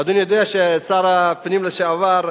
אדוני יודע ששר הפנים לשעבר,